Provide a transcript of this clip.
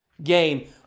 Game